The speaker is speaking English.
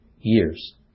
years